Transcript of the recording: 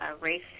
race